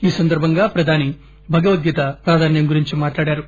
ఈ సందర్బంగా ప్రధాని భగవద్గీత ప్రాధాన్యం గురించి మాట్లాడారు